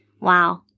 Wow